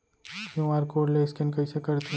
QR code ले scan कइसे करथे?